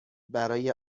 برای